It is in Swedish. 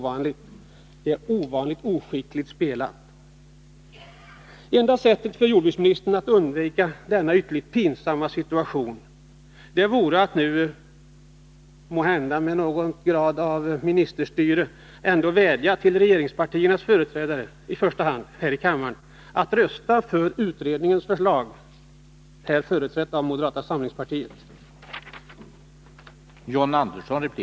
Det är ovanligt oskickligt spelat. Det enda sättet för jordbruksministern att undvika denna ytterligt pinsamma situation vore att nu — måhända med någon grad av ministerstyre — vädja till i första hand regeringspartiernas företrädare här i kammaren att rösta för utredningens förslag, här företrätt av moderata samlingspartiet.